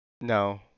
No